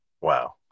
Wow